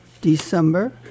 December